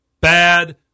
bad